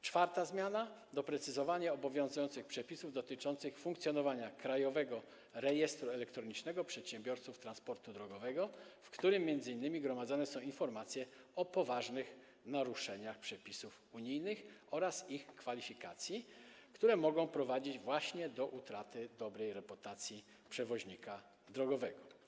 Czwarta zmiana - doprecyzowanie obowiązujących przepisów dotyczących funkcjonowania Krajowego Rejestru Elektronicznego Przedsiębiorców Transportu Drogowego, w którym m.in. gromadzone są informacje o poważnych naruszeniach przepisów unijnych oraz ich kwalifikacji, które mogą prowadzić właśnie do utraty dobrej reputacji przewoźnika drogowego.